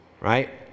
Right